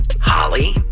Holly